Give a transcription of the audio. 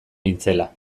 nintzela